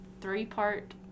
three-part